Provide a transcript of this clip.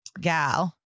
gal